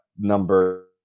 number